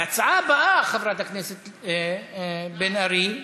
וההצעה הבאה, של חברת הכנסת בן ארי,